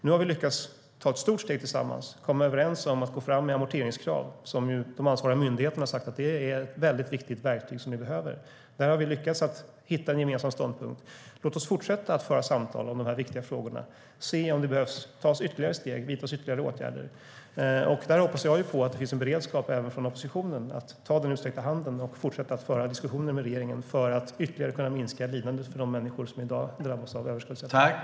Nu har vi lyckats ta ett stort steg tillsammans genom att komma överens om att gå fram med amorteringskrav, som de ansvariga myndigheterna sagt är ett viktigt verktyg som behövs. Där har vi lyckats komma fram till en gemensam ståndpunkt. Låt oss fortsätta att föra samtal om dessa viktiga frågor, se om det behöver tas ytterligare steg, vidtas ytterligare åtgärder. Jag hoppas att det finns en beredskap från oppositionen att ta den utsträckta handen och fortsätta att föra diskussioner med regeringen för att ytterligare kunna minska lidandet för de människor som i dag drabbas av överskuldsättning.